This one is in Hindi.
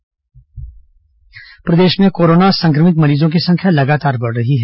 कोरोना मरीज प्रदेश में कोरोना संक्रमित मरीजों की संख्या लगातार बढ़ रही है